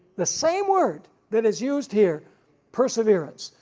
the same word that is used here perseverance.